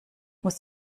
muss